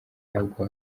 ntabwo